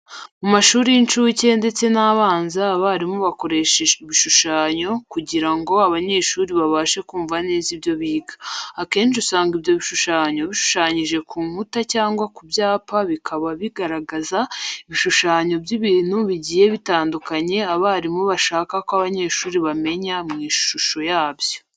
Mu mashuri y'incucye ndetse n'abanza abarimu bakoresha ibishushanyo kujyira ngo abanyeshuri babashe kumva neza ibyo biga .Akenci usanga ibyo bishushanyo bishushanyije ku nkuta cyangwa ku byapa bikaba bigaragaza ibishushanyo by'ibintu bijyiye bitandukanye abarimu bashaka ko abanyeshuri bamenya mu ishusho yabyo.